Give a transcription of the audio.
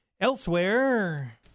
Elsewhere